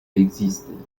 existaient